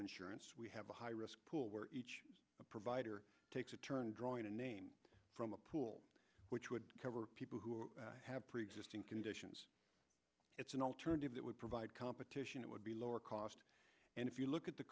insurance we have a high risk pool where each provider takes a turn drawing a name from a pool which would cover people who have preexisting conditions it's an alternative that would provide competition it would be lower cost and if you look at the